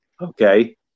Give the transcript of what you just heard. okay